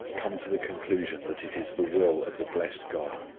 come to the conclusion that it is the will of the blessed god,